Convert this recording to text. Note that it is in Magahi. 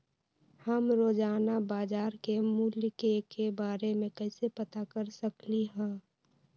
हम रोजाना बाजार के मूल्य के के बारे में कैसे पता कर सकली ह?